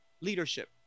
leadership